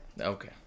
Okay